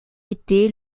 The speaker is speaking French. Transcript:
été